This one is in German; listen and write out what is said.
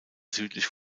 südlich